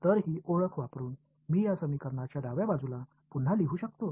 तर ही ओळख वापरून मी या समीकरणाच्या डाव्या बाजूला पुन्हा लिहू शकतो